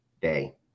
day